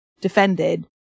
defended